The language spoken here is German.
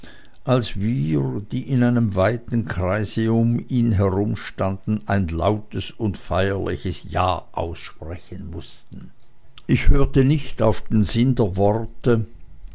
als wir die in einem weiten kreise um ihn herumstanden ein lautes und feierliches ja aussprechen mußten ich hörte nicht auf den sinn seiner worte